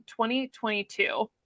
2022